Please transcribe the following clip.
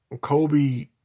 Kobe